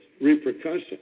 repercussions